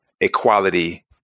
equality